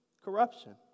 corruption